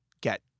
get